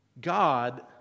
God